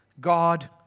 God